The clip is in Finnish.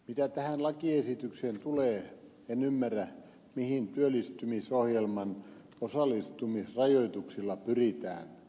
mitä tähän lakiesitykseen tulee en ymmärrä mihin työllistymisohjelman osallistumisrajoituksilla pyritään